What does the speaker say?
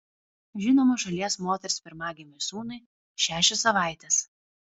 žinomos šalies moters pirmagimiui sūnui šešios savaitės